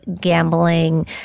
gambling